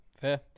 Fair